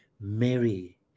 Mary